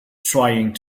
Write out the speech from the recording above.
trying